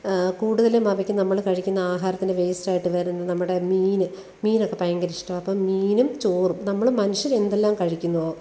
കൂടുതലും അവയ്ക്ക് നമ്മൾ കഴിക്കുന്ന ആഹാരത്തിന്റെ വേസ്റ്റായിട്ട് വരുന്ന നമ്മുടെ മീൻ മീനക്കെ ഭയങ്കരിഷ്ടമാണ് അപ്പം മീനും ചോറും നമ്മൾ മനുഷ്യരെന്തെല്ലാം കഴിക്കുന്നുവോ